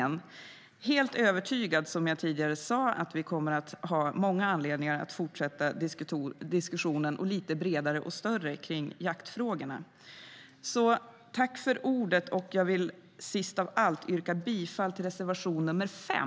Jag är helt övertygad, som jag tidigare sade, om att vi kommer att ha många anledningar att fortsätta diskussionen om jaktfrågorna och att göra det lite bredare och större. Sist av allt yrkar jag bifall till reservation nr 5.